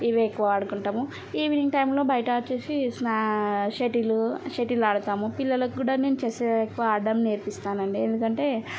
ఇవే ఎక్కువ ఆడుకుంటాము ఈవినింగ్ టైంలో బయట చూసి స్నా షటిల్ షటిల్ ఆడుతాము పిల్లలు కూడా నేను చెస్ ఎక్కువ ఆడటం నేర్పిస్తానండి ఎందుకంటే